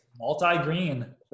Multi-Green